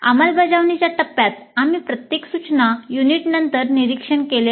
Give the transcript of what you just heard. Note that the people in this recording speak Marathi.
अंमलबजावणीच्या टप्प्यात आम्ही प्रत्येक सूचना युनिटनंतर निरिक्षण केलेले असते